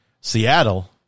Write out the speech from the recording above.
Seattle